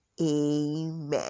Amen